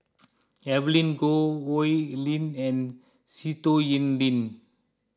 Evelyn Goh Oi Lin and Sitoh Yih Pin